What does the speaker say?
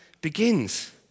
begins